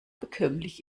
bekömmlich